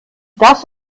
das